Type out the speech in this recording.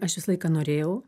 aš visą laiką norėjau